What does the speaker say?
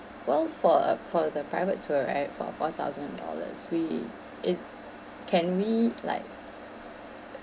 well for uh for the private tour right for four thousand dollars we if can we like